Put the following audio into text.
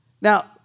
Now